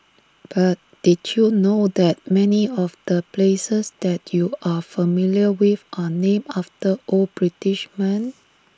but did you know that many of the places that you're familiar with are named after old British men